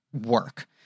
work